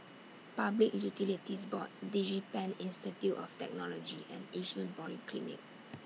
Public Utilities Board Digipen Institute of Technology and Yishun Polyclinic